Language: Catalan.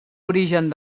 origen